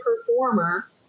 performer